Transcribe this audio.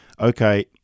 okay